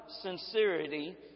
sincerity